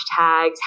hashtags